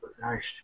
nice